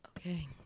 Okay